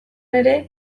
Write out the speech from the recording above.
ere